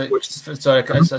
sorry